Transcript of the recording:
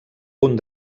punt